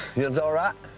you'ns all right?